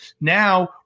Now